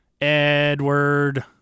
Edward